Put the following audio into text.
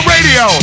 Radio